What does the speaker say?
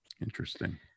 Interesting